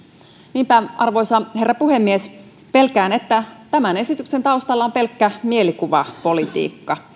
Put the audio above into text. niinpä arvoisa herra puhemies pelkään että tämän esityksen taustalla on pelkkä mielikuvapolitiikka